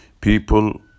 people